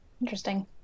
Interesting